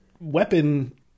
weapon